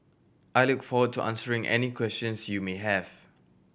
I look forward to answering any questions you may have